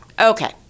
Okay